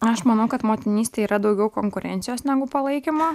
aš manau kad motinystėj yra daugiau konkurencijos negu palaikymo